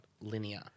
linear